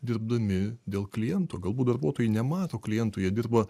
dirbdami dėl klientų galbūt darbuotojai nemato klientų jie dirba